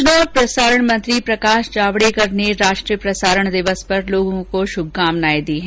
सूचना और प्रसारण मंत्री प्रकाश जावड़ेकर ने राष्ट्रीय प्रसारण दिवस पर लोगों को श्भकामनाएं दी हैं